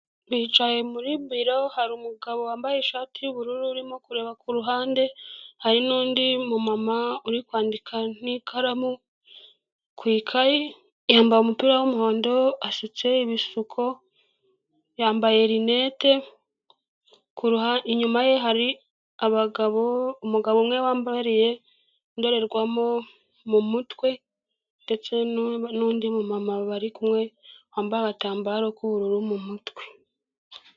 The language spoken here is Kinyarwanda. Bicaye muri biro hari umugabo wambaye ishati yubururu urimo kureba ku ruhande hari nundi mu mama uri kwandika n'ikaramu ku ikaye yambaye umupira w'umuhondo asutse ibisuko yambaye linette inyuma ye hari abagabo umugabo umwe wambariye indorerwamo mu mutwe ndetse nundi mu mama bari kumwe wambaye agatambaro k'ubururu mu mutwe.